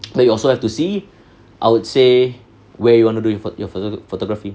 but you also have to see I would say where you want to do it for your photo~ photography